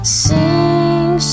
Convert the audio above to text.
sing